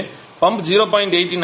எனவே பம்ப் 0